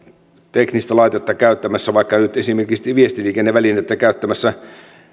teknistä laitetta käyttämässä vaikka nyt esimerkiksi viestiliikennevälinettä käyttämässä